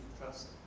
trust